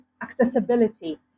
accessibility